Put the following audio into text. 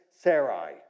Sarai